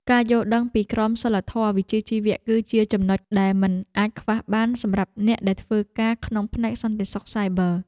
ការយល់ដឹងពីក្រមសីលធម៌វិជ្ជាជីវៈគឺជាចំនុចដែលមិនអាចខ្វះបានសម្រាប់អ្នកដែលធ្វើការក្នុងផ្នែកសន្តិសុខសាយប័រ។